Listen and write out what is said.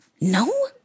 No